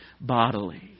bodily